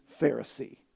Pharisee